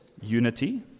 unity